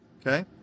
Okay